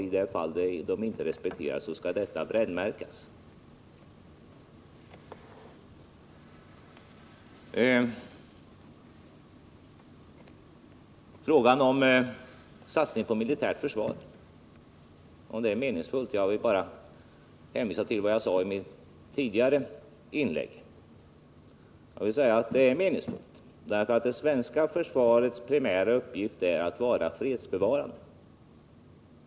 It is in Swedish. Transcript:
I de fall de inte respekteras skall detta brännmärkas. När det gäller frågan om det är meningsfullt med en satsning på det militära försvaret vill jag hänvisa till vad jag sade i mitt tidigare inlägg. Det är meningsfullt, därför att det svenska försvarets primära uppgift är att vara fredsbevarande.